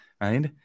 right